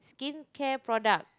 skincare products